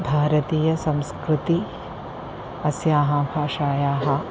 भारतीयसंस्कृतिः अस्याः भाषायाः